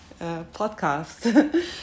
podcast